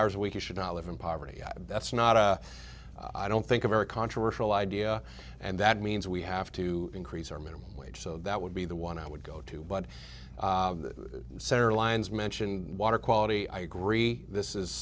hours a week you should not live in poverty that's not i don't think a very controversial idea and that means we have to increase our minimum wage so that would be the one i would go to but sarah lines mentioned water quality i agree this is